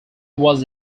was